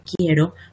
quiero